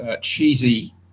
cheesy